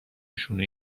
شونه